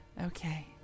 okay